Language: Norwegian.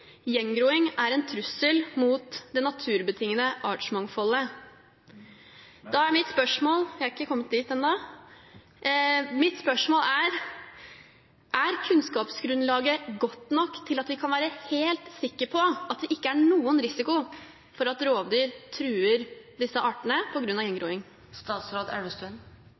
Gjengroing er en trussel mot det kulturbetingede artsmangfoldet.» Mitt spørsmål er: Er kunnskapsgrunnlaget godt nok til at vi kan være helt sikre på at det ikke er noen risiko for at rovdyr truer disse artene på grunn av gjengroing?